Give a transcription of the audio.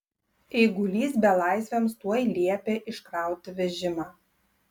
eigulys belaisviams tuoj liepė iškrauti vežimą